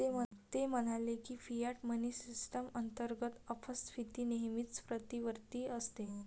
ते म्हणाले की, फियाट मनी सिस्टम अंतर्गत अपस्फीती नेहमीच प्रतिवर्ती असते